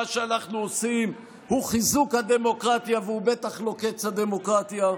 שאנחנו עושים הוא חיזוק הדמוקרטיה והוא בטח לא קץ הדמוקרטיה.